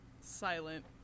silent